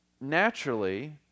naturally